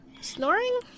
snoring